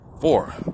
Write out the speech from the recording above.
four